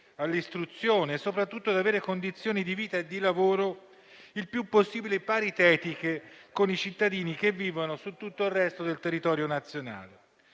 all'istruzione e soprattutto ad avere condizioni di vita e di lavoro il più possibile paritetiche con i cittadini che vivono su tutto il resto del territorio nazionale.